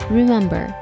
Remember